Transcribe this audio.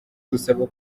busaba